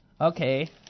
Okay